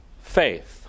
faith